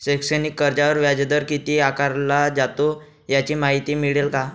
शैक्षणिक कर्जावर व्याजदर किती आकारला जातो? याची माहिती मिळेल का?